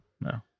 No